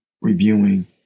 reviewing